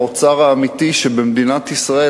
האוצר האמיתי שבמדינת ישראל,